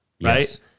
right